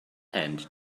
end